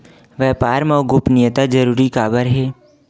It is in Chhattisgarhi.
व्यापार मा गोपनीयता जरूरी काबर हे?